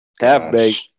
Half-baked